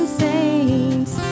saints